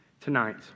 tonight